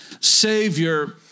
Savior